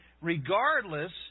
regardless